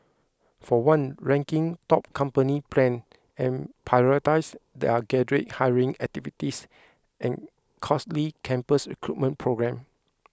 for one ranking top company plan and prioritise their graduate hiring activities and costly campus recruitment programme